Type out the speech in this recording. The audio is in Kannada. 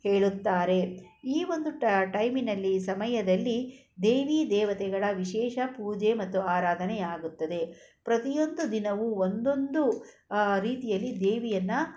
ಹೇಳುತ್ತಾರೆ ಈ ಒಂದು ಟೈಮಿನಲ್ಲಿ ಸಮಯದಲ್ಲಿ ದೇವಿ ದೇವತೆಗಳ ವಿಶೇಷ ಪೂಜೆ ಮತ್ತು ಆರಾಧನೆಯಾಗುತ್ತದೆ ಪ್ರತಿಯೊಂದು ದಿನವೂ ಒಂದೊಂದು ರೀತಿಯಲ್ಲಿ ದೇವಿಯನ್ನು